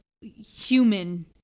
human